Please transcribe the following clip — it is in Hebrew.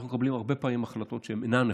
אנחנו מקבלים הרבה פעמים החלטות שאינן נכונות.